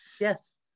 Yes